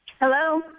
Hello